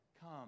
come